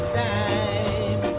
time